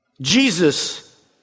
Jesus